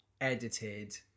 edited